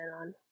on